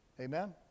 Amen